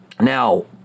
Now